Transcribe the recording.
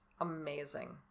amazing